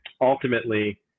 ultimately